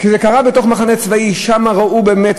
כשזה קרה בתוך מחנה צבאי, שם ראו באמת.